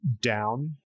down